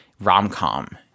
rom-com